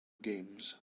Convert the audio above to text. games